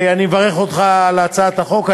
אני מברך אותך על הצעת החוק.